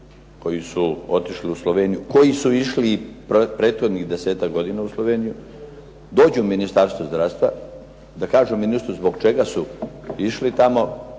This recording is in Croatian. koji su otišli u Sloveniju, koji su išli u prethodnih desetak godina u Sloveniju dođu u Ministarstvo zdravstva, da kažu ministru zbog čega su išli tamo.